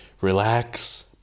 relax